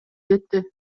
жетти